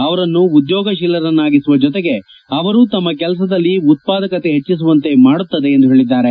ಅವರನ್ನು ಉದ್ಯೋಗಶೀಲರನ್ನಾಗಿಸುವ ಜೊತೆಗೆ ಅವರು ತಮ್ಮ ಕೆಲಸದಲ್ಲಿ ಉತ್ಪಾದಕತೆ ಪೆಜ್ಜಿಸುವಂತೆ ಮಾಡುತ್ತದೆ ಎಂದು ಪೇಳಿದ್ದಾರೆ